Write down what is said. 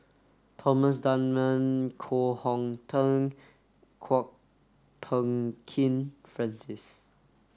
Thomas Dunman Koh Hong Teng Kwok Peng Kin Francis